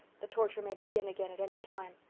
the torture may begin again at any time.